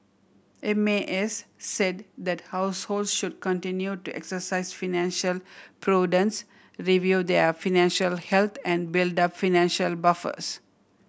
M A S said that households should continue to exercise financial prudence review their financial health and build up financial buffers